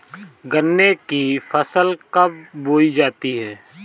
गन्ने की फसल कब बोई जाती है?